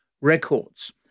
records